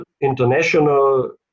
international